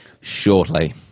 shortly